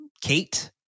Kate